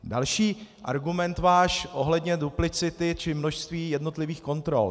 Další váš argument ohledně duplicity či množství jednotlivých kontrol.